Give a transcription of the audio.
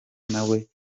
nawe